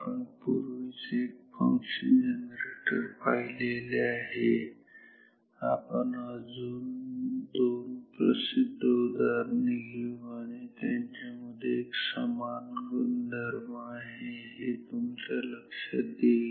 आपण पूर्वीच एक फंक्शन जनरेटर पाहिलेले आहे आपण अजून दोन प्रसिद्ध उदाहरणे घेऊ आणि आणि त्यांच्यामध्ये एक समान गुणधर्म आहे हे तुमच्या लक्षात येईल